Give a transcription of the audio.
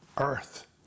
Earth